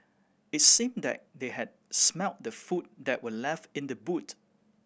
it seemed that they had smelt the food that were left in the boot